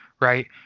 right